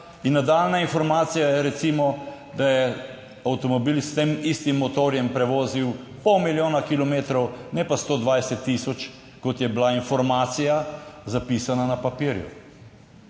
in nadaljnja informacija je recimo, da je avtomobil s tem istim motorjem prevozil pol milijona kilometrov, ne pa 120000, kot je bila informacija zapisana na papirju.